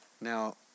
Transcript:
Now